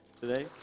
today